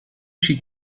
she